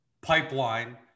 pipeline